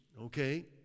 Okay